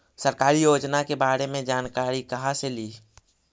सरकारी योजना के बारे मे जानकारी कहा से ली?